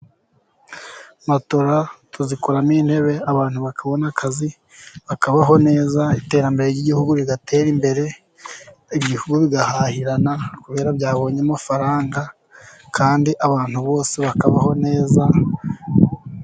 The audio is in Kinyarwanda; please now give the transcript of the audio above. Matora tuzikoramo intebe, abantu bakabona akazi, bakabaho neza, iterambere ry'igihugu rigatera imbere, ibihugu bigahahirana kubera byabonye amafaranga, kandi abantu bose bakabaho neza.